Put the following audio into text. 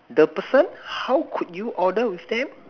the person how could you order with them